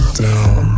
down